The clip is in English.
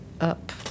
up